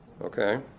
Okay